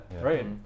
right